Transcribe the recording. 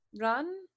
run